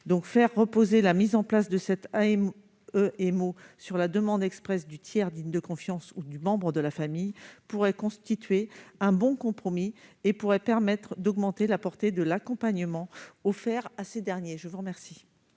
Faire reposer la mise en place de cette AEMO sur la demande expresse du tiers digne de confiance ou du membre de la famille pourrait constituer un bon compromis et permettre d'augmenter la portée de l'accompagnement offert à ces derniers. La parole